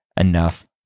enough